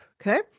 okay